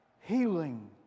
Healing